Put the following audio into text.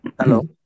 Hello